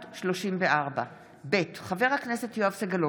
פ/936/24 ו-פ/934/24, חבר הכנסת יואב סגלוביץ'